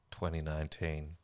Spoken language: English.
2019